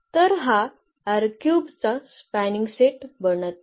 तर हा चा स्पॅनिंग सेट बनत नाही